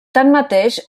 tanmateix